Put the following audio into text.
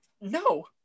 No